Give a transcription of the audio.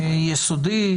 יסודית,